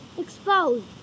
exposed